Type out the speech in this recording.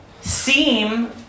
seem